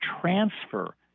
transfer